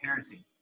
parenting